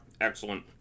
Excellent